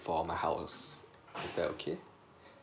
for my house is that okay